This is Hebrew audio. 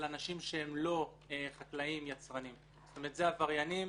אנשים שהם לא חקלאים יצרנים; זה עבריינים